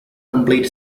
complete